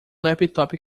laptop